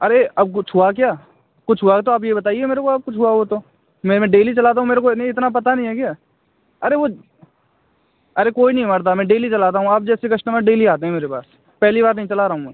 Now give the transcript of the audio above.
अरे अब कुछ हुआ क्या कुछ हुआ हो तो आप यह बताइए मेरे को आप कुछ हुआ हो तो मैं मैं डेली चलाता हूँ मेरे को नहीं इतना पता नहीं है क्या अरे वह अरे कोई नहीं मरता मैं डेली चलाता हूँ आप जैसे कस्टमर डेली आते हैं मेरे पास पहली बार नहीं चला रहा हूँ मैं